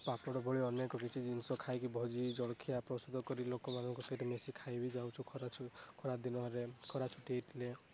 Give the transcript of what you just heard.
ପାମ୍ପଡ଼ ଭଳି ଅନେକ କିଛି ଜିନିଷ ଖାଇକି ଭୋଜି ଜଳଖିଆ ପ୍ରସ୍ତୁତ କରି ଲୋକ ମାନଙ୍କ ସହିତ ମିଶି ଖାଇବି ଯାଉଛୁ ଖରା ଖରା ଦିନରେ ଖରା ଛୁଟି ହେଇଥିଲେ